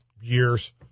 years